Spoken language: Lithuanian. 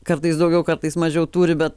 kartais daugiau kartais mažiau turi bet